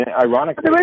Ironically